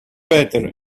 better